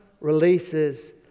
releases